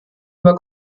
über